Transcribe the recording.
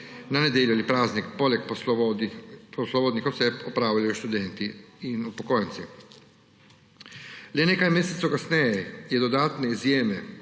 na nedeljo ali praznik poleg poslovodnih oseb opravljajo študenti in upokojenci. Le nekaj mesecev kasneje je dodatne izjeme